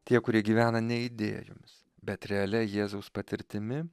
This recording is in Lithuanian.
tie kurie gyvena ne idėjomis bet realia jėzaus patirtimi